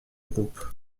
groupe